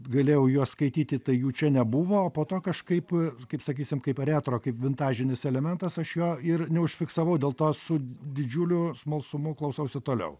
galėjau juos skaityti tai jų čia nebuvo o po to kažkaip kaip sakysim kaip retro kaip vintažinis elementas aš jo ir neužfiksavau dėl to su didžiuliu smalsumu klausausi toliau